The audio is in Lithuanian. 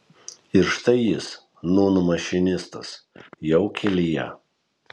ir štai jis nūn mašinistas jau kelyje